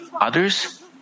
others